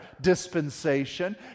dispensation